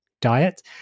diet